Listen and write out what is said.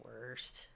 worst